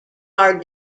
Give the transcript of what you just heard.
are